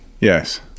yes